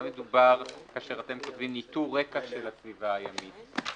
מדובר כאשר אתם כותבים "ניטור רקע של הסביבה הימית"?